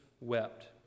wept